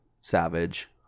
savage